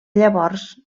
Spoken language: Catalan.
llavors